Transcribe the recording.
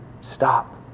Stop